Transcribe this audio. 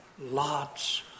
lots